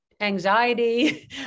anxiety